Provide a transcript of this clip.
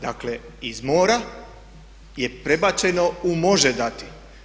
Dakle iz mora je prebačeno u može dati.